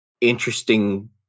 interesting